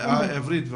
עברית וערבית.